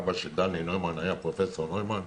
אבא של דני נוימן היה פרופ' נוימן,